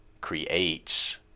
creates